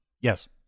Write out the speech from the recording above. Yes